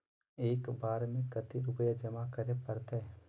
एक बार में कते रुपया जमा करे परते?